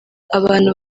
abantu